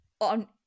on